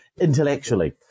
intellectually